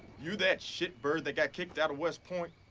you that shit bird that got kicked out of west point?